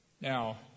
Now